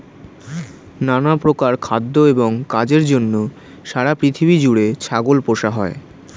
নানা প্রকার খাদ্য এবং কাজের জন্য সারা পৃথিবী জুড়ে ছাগল পোষা হয়